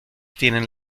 tienen